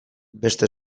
beste